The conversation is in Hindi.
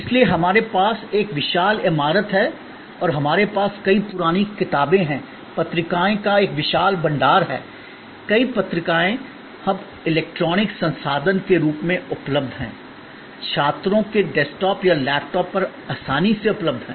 इसलिए हमारे पास एक विशाल इमारत है और हमारे पास कई पुरानी किताबें हैं पत्रिकाओं का एक विशाल भंडार है कई पत्रिकाएँ अब इलेक्ट्रॉनिक संसाधन के रूप में उपलब्ध हैं छात्रों के डेस्कटॉप या लैपटॉप पर आसानी से उपलब्ध हैं